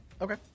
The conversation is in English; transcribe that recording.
Okay